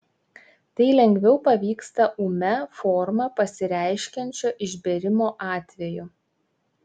tai lengviau pavyksta ūmia forma pasireiškiančio išbėrimo atveju